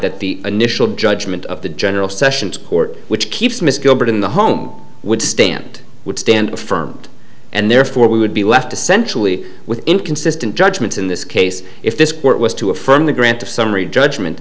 that the initial judgment of the general sessions court which keeps miss gilbert in the home would stand would stand firm and therefore we would be left essentially with inconsistent judgments in this case if this court was to affirm the grant of summary judgment